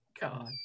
God